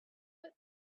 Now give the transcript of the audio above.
but